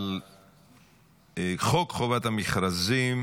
על חוק חובת המכרזים